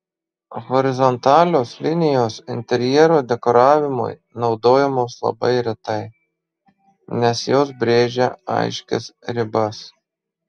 horizontalios linijos interjero dekoravimui naudojamos labai retai nes jos brėžia aiškias ribas